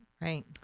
Right